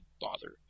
bother